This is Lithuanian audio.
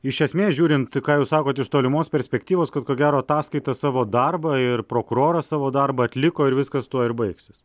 iš esmės žiūrint ką jūs sakot iš tolimos perspektyvos kad ko gero ataskaita savo darbą ir prokuroras savo darbą atliko ir viskas tuo ir baigsis